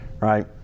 right